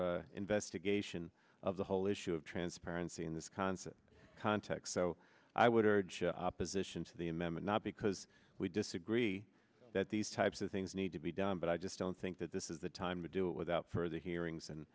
further investigation of the whole issue of transparency in this concept context so i would urge the opposition to the amendment not because we disagree that these types of things need to be done but i just don't think that this is the time to do it without further hearings and